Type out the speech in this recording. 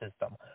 system